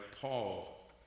paul